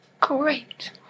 great